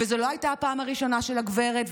וזאת לא הייתה הפעם הראשונה של הגברת,